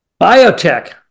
Biotech